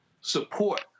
support